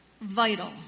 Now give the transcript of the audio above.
vital